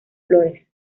flores